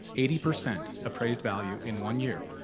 eighty percent appraised value in one year.